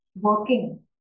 working